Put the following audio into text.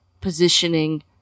positioning